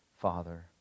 Father